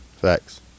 facts